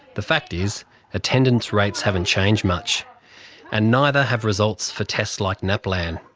the fact is attendance rates haven't changed much and neither have results for tests like naplan.